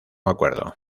acuerdo